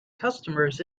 customers